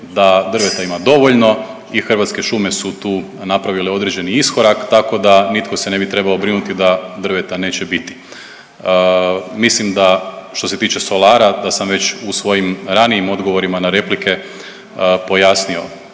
da drveta ima dovoljno i Hrvatske šume su tu napravile određeni iskorak tako da nitko se ne bi trebao brinuti da drveta neće biti. Mislim da što se tiče solara da sam već u svojim ranijim odgovorima na replike pojasnio